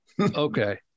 Okay